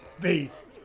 Faith